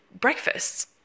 breakfasts